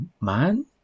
man